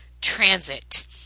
Transit